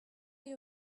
you